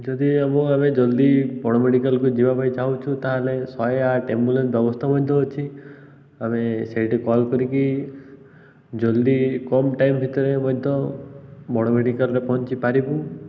ଯଦି ଆମ ଆମେ ଜଲ୍ଦି ବଡ଼ ମେଡ଼ିକାଲ୍କୁ ଯିବା ପାଇଁ ଚାହୁଁଛୁ ତା'ହେଲେ ଶହେ ଆଠ ଏମ୍ବୁଲାନ୍ସ ବ୍ୟବସ୍ଥା ମଧ୍ୟ ଅଛି ଆମେ ସେଇଠି କଲ୍ କରିକି ଜଲ୍ଦି କମ୍ ଟାଇମ୍ ଭିତରେ ମଧ୍ୟ ବଡ଼ ମେଡ଼ିକାଲ୍ରେ ପହଞ୍ଚିପାରିବୁ